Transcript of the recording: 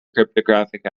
cryptographic